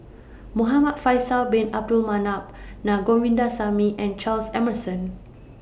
Muhamad Faisal Bin Abdul Manap Na Govindasamy and Charles Emmerson